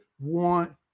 want